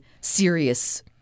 serious